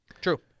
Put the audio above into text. True